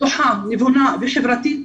נוחה ונבונה וחברתית.